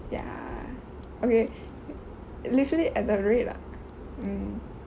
ya okay literally at the rate ah